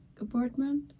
apartment